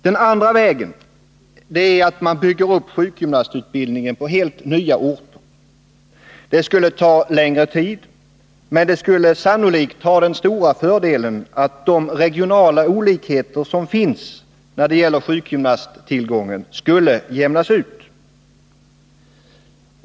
Den andra vägen är att sjukgymnastutbildningen byggs upp på helt nya orter. Det skulle ta längre tid, men det skulle sannolikt ha den stora fördelen att de regionala olikheterna när det gäller tillgången på sjukgymnaster skulle jämnas ut.